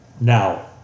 Now